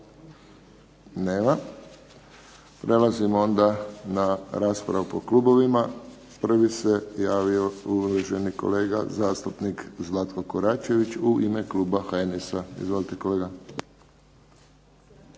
Nema. Prelazimo onda na raspravu po klubovima. Prvi se javio uvaženi kolega zastupnik Zlatko KOračević u ime Kluba HNS-a. **Koračević,